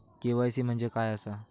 KYC म्हणजे काय आसा?